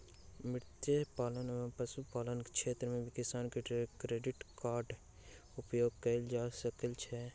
मत्स्य पालन एवं पशुपालन क्षेत्र मे किसान क्रेडिट कार्ड उपयोग कयल जा सकै छै